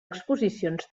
exposicions